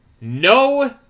no